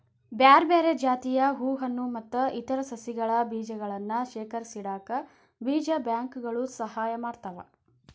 ಬ್ಯಾರ್ಬ್ಯಾರೇ ಜಾತಿಯ ಹೂ ಹಣ್ಣು ಮತ್ತ್ ಇತರ ಸಸಿಗಳ ಬೇಜಗಳನ್ನ ಶೇಖರಿಸಿಇಡಾಕ ಬೇಜ ಬ್ಯಾಂಕ್ ಗಳು ಸಹಾಯ ಮಾಡ್ತಾವ